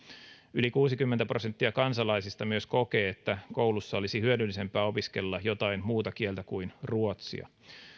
yli kuusikymmentä prosenttia kansalaisista myös kokee että koulussa olisi hyödyllisempää opiskella jotain muuta kieltä kuin ruotsia